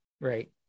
Right